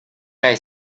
right